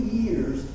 years